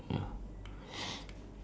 one two three push